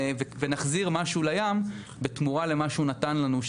ונחזיר לים משהו בתמורה למה שהוא נתן לנו,